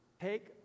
take